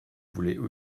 voulais